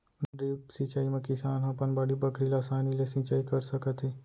drip सिंचई म किसान ह अपन बाड़ी बखरी ल असानी ले सिंचई कर सकत हे